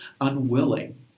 unwilling